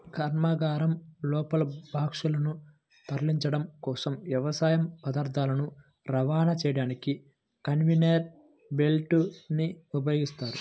కర్మాగారం లోపల బాక్సులను తరలించడం కోసం, వ్యవసాయ పదార్థాలను రవాణా చేయడానికి కన్వేయర్ బెల్ట్ ని ఉపయోగిస్తారు